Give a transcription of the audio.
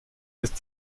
ist